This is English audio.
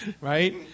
right